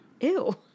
Ew